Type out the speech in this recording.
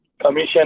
commission